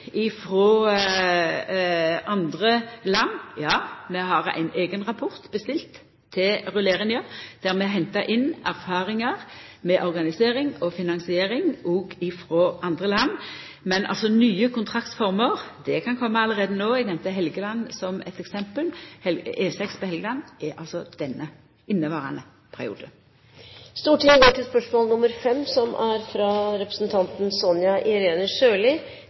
andre land: Ja, vi har bestilt ein eigen rapport til rulleringa, der vi hentar inn erfaringar med organisering og finansiering òg frå andre land. Men nye kontraktsformer kan kome allereie no. Eg nemnde Helgeland som eit eksempel – E6 på Helgeland er